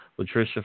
Latricia